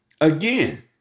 Again